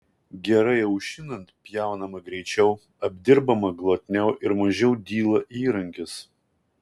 gerai aušinant pjaunama greičiau apdirbama glotniau ir mažiau dyla įrankis